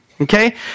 Okay